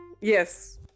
Yes